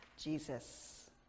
Jesus